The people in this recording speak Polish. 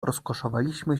rozkoszowaliśmy